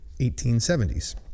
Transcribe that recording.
1870s